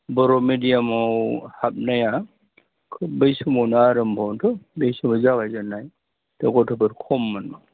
बर' मिडियामआव हाबनाया खोब बै समावनो आरम्भमोनथ' बै समाव जागायजेननाय त' गथ'फोर खममोन